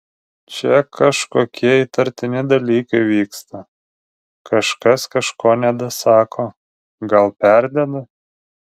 čia kažkokie įtartini dalykai vyksta kažkas kažko nedasako gal perdeda